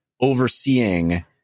overseeing